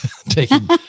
Taking